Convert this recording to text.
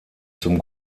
zum